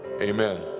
Amen